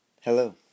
Hello